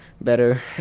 better